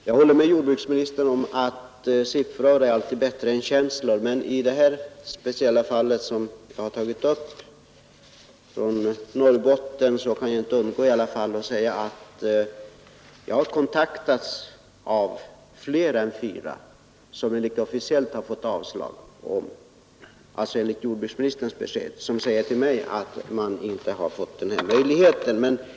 Herr talman! Jag haller med jordbruksministern om att siffror är alltid bättre än känslor. Men i detta speciella fall från Norrbotten som jag har tagit upp kan jag i alla fall inte underlåta att tala om att jag har kontaktats av fler än de fyra som enligt jordbruksministerns besked fått avslag.